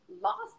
lost